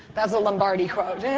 that's a lombardi quote,